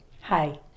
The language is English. Hi